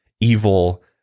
evil